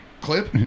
clip